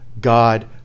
God